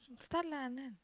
start lah Anand